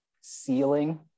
ceiling